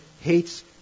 hates